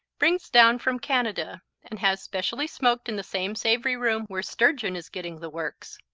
brings down from canada and has specially smoked in the same savory room where sturgeon is getting the works.